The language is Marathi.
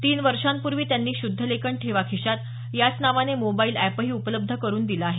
तीन वर्षांपूर्वी त्यांनी शुद्धलेखन ठेवा खिशात याच नावाने मोबाइल अॅपही उपलब्ध करून दिल आहे